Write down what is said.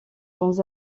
dans